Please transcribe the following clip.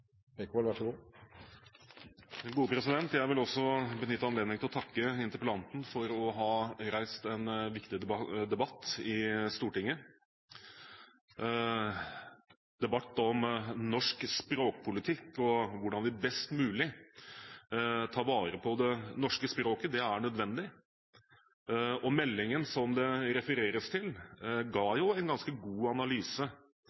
Jeg vil også benytte anledningen til å takke interpellanten for å ha reist en viktig debatt i Stortinget. Debatt om norsk språkpolitikk og hvordan vi best mulig tar vare på det norske språket, er nødvendig, og meldingen som det refereres til,